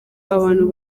abantu